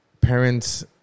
parents